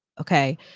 Okay